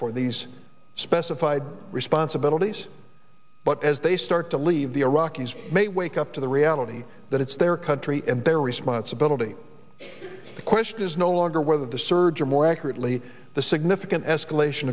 for these specified responsibilities but as they start to leave the iraqis may wake up to the reality that it's their country and their responsibility the question is no longer whether the surge or more accurately the significant escalation